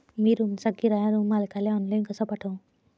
मी रूमचा किराया रूम मालकाले ऑनलाईन कसा पाठवू?